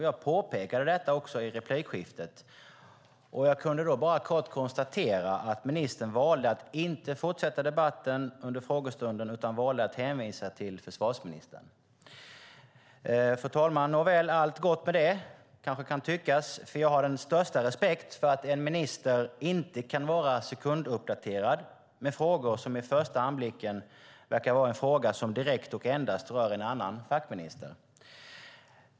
Jag påpekade också detta i replikskiftet och kunde då bara kort konstatera att ministern valde att inte fortsätta debatten under frågestunden utan valde att hänvisa till försvarsministern. Fru talman! Nåväl, allt gott med detta kanske det kan tyckas, för jag har den största respekt för att en minister inte kan vara sekunduppdaterad i en fråga som vid första anblicken verkar vara en fråga som direkt och endast rör en annan fackminister.